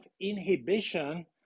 inhibition